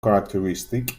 characteristic